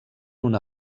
una